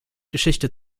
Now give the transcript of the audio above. geschichte